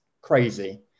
crazy